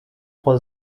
trois